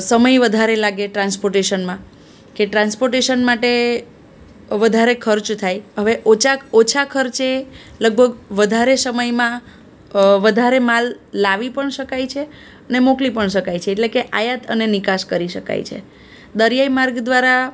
સમય વધારે લાગે ટ્રાન્સ્પોર્ટેશનમાં કે ટ્રાન્સપોર્ટેશન માટે વધારે ખર્ચ થાય હવે ઓછા ઓછા ખર્ચે લગભગ વધારે સમયમાં વધારે માલ લાવી પણ શકાય છે અને મોકલી પણ શકાય છે એટલે કે આયાત અને નિકાસ કરી શકાય છે દરિયાઈ માર્ગ દ્વારા